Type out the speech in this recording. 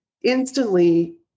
instantly